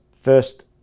first